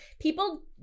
people